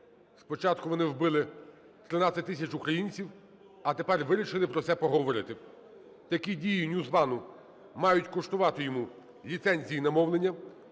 Спочатку вони вбили 13 тисяч українців, а тепер вирішили про це поговорити. Такі дії NewsOne мають коштувати йому ліцензії на мовлення,